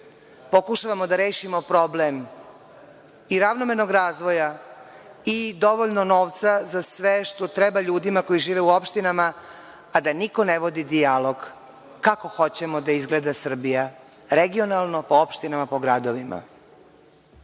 pokušavamo da rešimo problem i ravnomernog razvoja i dovoljno novca za sve što treba ljudima koji žive u opštinama, a da niko ne vodi dijalog kako hoćemo da izgleda Srbija, regionalno, po opštinama, po gradovima.